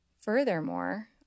Furthermore